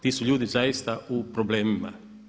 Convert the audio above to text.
Ti su ljudi zaista u problemima.